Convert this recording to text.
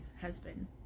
husband